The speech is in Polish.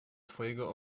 twego